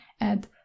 add